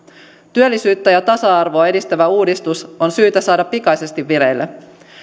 työllisyyttä ja tasa arvoa edistävä uudistus on syytä saada pikaisesti vireille